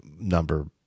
number